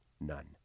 None